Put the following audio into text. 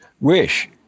wish